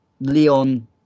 Leon